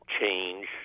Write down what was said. change